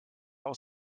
aus